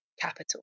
capital